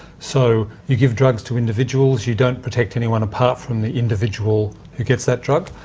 so, you give drugs to individuals, you don't protect anyone apart from the individual who gets that drug.